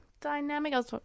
dynamic